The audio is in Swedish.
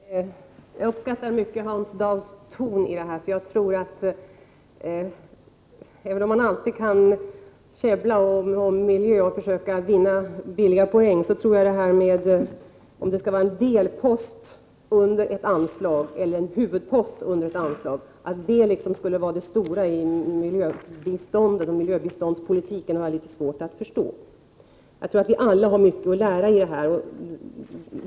Fru talman! Jag uppskattar mycket Hans Daus ton i denna debatt. Även om man alltid kan käbbla om miljön och vinna billiga poäng, har jag svårt att förstå att frågan om huruvida vissa biståndsmedel skall vara en delpost eller en huvudpost under ett anslag skulle vara det stora i miljöbiståndspolitiken. Jag tror att vi alla har mycket att lära i detta sammanhang.